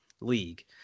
League